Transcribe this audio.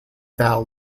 val